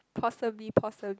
possibly possibly